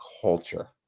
culture